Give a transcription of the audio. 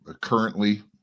currently